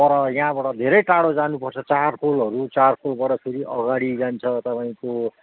पर यहाँबाट धेरै टाढो जानुपर्छ चारखोलहरू चारखोलबाट फेरि अगाडि जान्छ तपाईँको